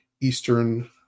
Eastern